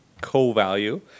co-value